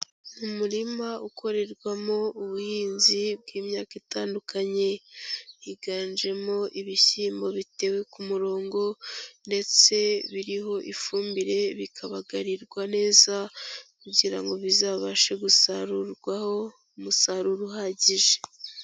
Umurima ukorerwamo ubuhinzi bw'imyaka itandukanye. Higanjemo ibishyimbo bitewe ku murongo ndetse biriho ifumbire bikabagarirwa neza kugira ngo bizabashe gusarurwaho umusaruro uhagije.